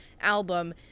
album